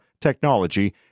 Technology